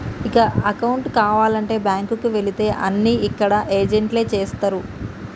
ఇక అకౌంటు కావాలంటే బ్యాంకుకి వెళితే అన్నీ అక్కడ ఏజెంట్లే చేస్తరు